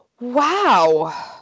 Wow